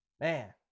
man